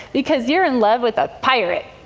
because you're in love with a pirate?